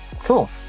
Cool